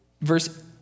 Verse